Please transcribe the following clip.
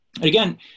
Again